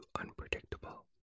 unpredictable